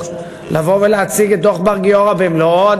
לבוא ולהציג את דוח בר-גיורא במלואו,